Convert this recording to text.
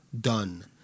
done